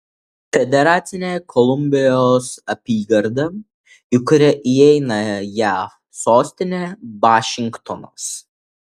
federacinė kolumbijos apygarda į kurią įeina jav sostinė vašingtonas